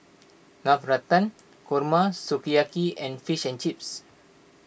Navratan Korma Sukiyaki and Fish and Chips